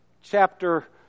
chapter